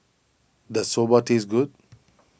does Soba taste good